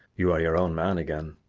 you are your own man again.